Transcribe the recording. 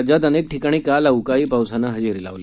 राज्यात अनेक ठिकाणी काल अवकाळी पावसानं हजेरी लावली